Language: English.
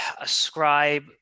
ascribe